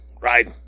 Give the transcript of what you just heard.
right